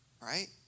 Right